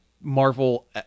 Marvel